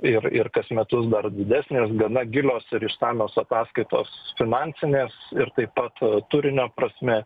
ir ir kas metus dar didesnės gana gilios ir išsamios ataskaitos finansinės ir taip pat turinio prasme